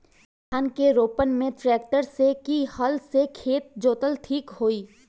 धान के रोपन मे ट्रेक्टर से की हल से खेत जोतल ठीक होई?